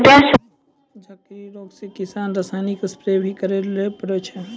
झड़की रोग से किसान रासायनिक स्प्रेय भी करै ले पड़ै छै